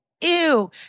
ew